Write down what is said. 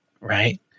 Right